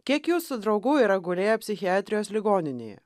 kiek jūsų draugų yra gulėję psichiatrijos ligoninėje